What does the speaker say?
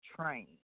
train